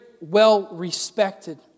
well-respected